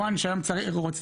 ואדוני, רק נקודה אחת נוספת.